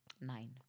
Nine